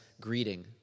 greeting